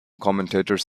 commentators